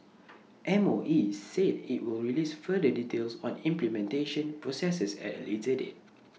M O E said IT will release further details on implementation processes at A later date